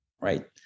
right